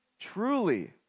truly